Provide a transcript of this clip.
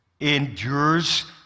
endures